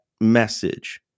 Message